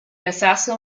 assassin